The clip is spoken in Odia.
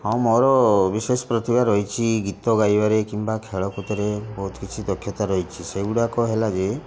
ହଁ ମୋର ବିଶେଷ ପ୍ରତିଭା ରହିଛି ଗୀତ ଗାଇବାରେ କିମ୍ବା ଖେଳ କୁଦରେ ବହୁତ କିଛି ଦକ୍ଷତା ରହିଛି ସେଇଗୁଡ଼ାକ ହେଲା ଯେ